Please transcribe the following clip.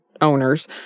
owners—